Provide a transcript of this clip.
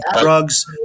drugs